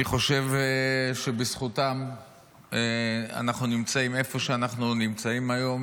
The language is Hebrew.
אני חושב שבזכותם אנחנו נמצאים איפה שאנחנו נמצאים היום,